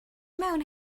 mewn